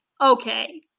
okay